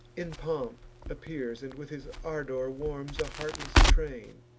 in pomp appears, and with his ardor warms a heartless train,